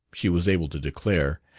she was able to declare,